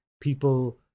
people